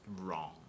wrong